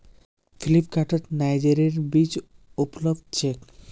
फ्लिपकार्टत नाइजरेर बीज उपलब्ध छेक